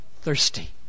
thirsty